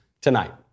tonight